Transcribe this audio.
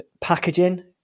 Packaging